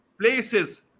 places